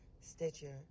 Stitcher